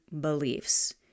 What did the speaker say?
beliefs